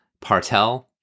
Partel